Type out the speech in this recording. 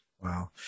Wow